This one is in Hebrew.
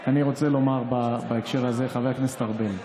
אני רוצה לומר בהקשר הזה, חבר הכנסת ארבל,